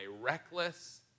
reckless